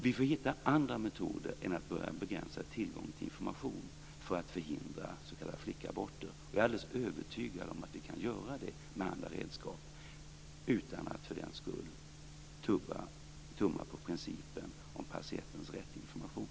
Vi får hitta andra metoder än att börja begränsa tillgången till information för att förhindra s.k. flickaborter. Jag är alldeles övertygad om att vi kan göra det med andra redskap utan att för den skull tumma på principen om patientens rätt till information.